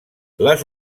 les